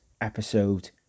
episode